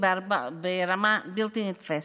ברמה בלתי נתפסת.